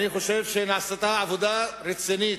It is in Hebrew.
אני חושב שנעשתה עבודה רצינית,